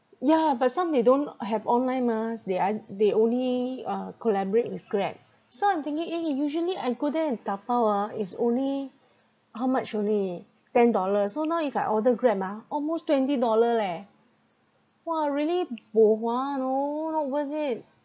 yeah but some they don't have online mah they uh they only uh collaborate with Grab so I'm thinking eh usually I go there and tapao ah is only how much only ten dollars so now if I order grab ah almost twenty dollar leh !wah! really bo hua you know not worth it